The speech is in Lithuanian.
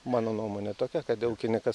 mano nuomone tokia kad ūkinikas